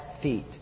feet